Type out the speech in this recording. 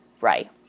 right